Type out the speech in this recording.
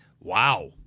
wow